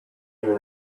even